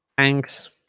thanks